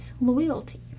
loyalty